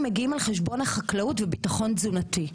מגיעים על חשבון החקלאות וביטחון תזונתי.